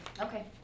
Okay